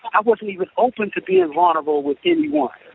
i wasn't even open to being vulnerable with anyone